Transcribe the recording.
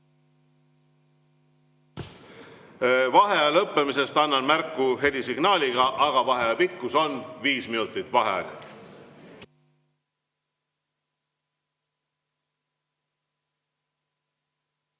Vaheaja lõppemisest annan märku helisignaaliga. Vaheaja pikkus on viis minutit. Vaheaeg.V